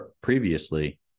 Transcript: previously